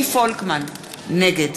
נגד